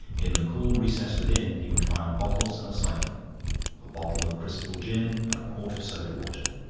in the cool recess within he would find bottles and a siphon a bottle of crystal gin and a quart of soda water,